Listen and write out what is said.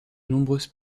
nombreuses